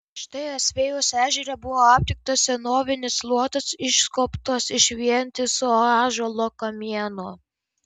štai asvejos ežere buvo aptiktas senovinis luotas išskobtas iš vientiso ąžuolo kamieno